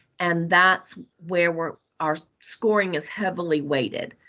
and that's where where our scoring is heavily weighted.